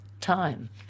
time